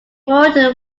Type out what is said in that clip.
wrote